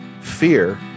fear